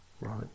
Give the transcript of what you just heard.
Right